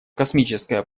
космическое